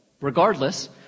regardless